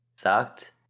Sucked